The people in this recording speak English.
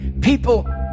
People